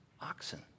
oxen